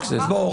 בואו,